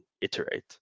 iterate